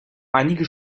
einige